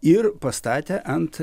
ir pastatė ant